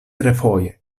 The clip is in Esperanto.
refoje